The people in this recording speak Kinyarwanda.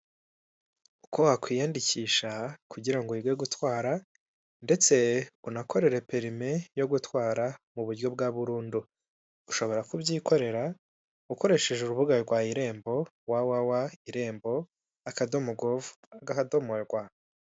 Uko wakwiyandikisha kugira ngo wige gutwara ndetse unakorere perime yo gutwara mu buryo bwa burundu ushobora kubyikorera ukoresheje urubuga rwa irembo www.irembo, gov .